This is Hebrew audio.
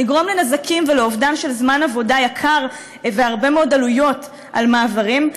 לגרום לנזקים ולאובדן של זמן עבודה יקר והרבה מאוד עלויות על מעברים.